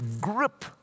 grip